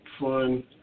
fun